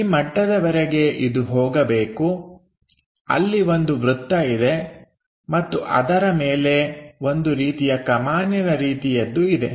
ಈ ಮಟ್ಟದವರೆಗೆ ಇದು ಹೋಗಬೇಕು ಅಲ್ಲಿ ಒಂದು ವೃತ್ತ ಇದೆ ಮತ್ತು ಅದರ ಮೇಲೆ ಒಂದು ರೀತಿಯ ಕಮಾನಿನ ರೀತಿಯದ್ದು ಇದೆ